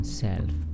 self